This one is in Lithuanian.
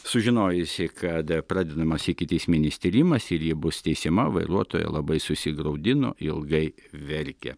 sužinojusi kad pradedamas ikiteisminis tyrimas ir ji bus teisiama vairuotoja labai susigraudino ilgai verkė